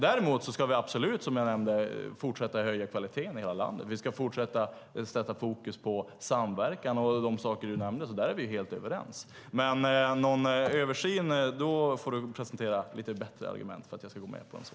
Däremot ska vi absolut, som jag nämnde, fortsätta att höja kvaliteten i hela landet. Vi ska fortsätta att sätta fokus på samverkan och de saker som du nämnde. Där är vi helt överens. Men någon översyn får du presentera lite bättre argument för att jag ska gå med på.